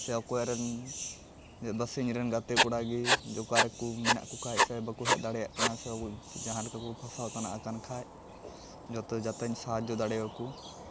ᱥᱮ ᱚᱠᱚᱭᱨᱮᱱ ᱵᱟ ᱥᱮ ᱤᱧᱨᱮᱱ ᱜᱟᱛᱮ ᱠᱚᱲᱟᱜᱮ ᱚᱠᱟᱨᱮ ᱠᱚ ᱢᱮᱱᱟᱜᱠᱚ ᱠᱷᱟᱡ ᱥᱮ ᱵᱟᱠᱚ ᱦᱮᱡ ᱫᱟᱲᱮᱭᱟᱜ ᱠᱟᱱᱟ ᱥᱮ ᱡᱟᱦᱟᱸᱨᱮ ᱠᱚ ᱯᱷᱟᱥᱟᱣ ᱛᱟᱱᱟᱜ ᱟᱠᱟᱱ ᱠᱷᱟᱡ ᱡᱚᱛᱚ ᱡᱟᱛᱮᱧ ᱥᱟᱦᱟᱡᱽᱡᱚ ᱫᱟᱲᱮᱣᱟᱠᱚ